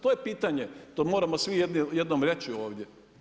To je pitanje, to moramo svi jednom reći ovdje.